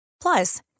Plus